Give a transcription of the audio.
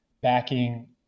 backing